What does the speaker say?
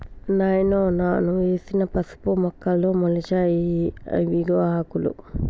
నాయనో నాను వేసిన పసుపు మొక్కలు మొలిచాయి ఇవిగో ఆకులు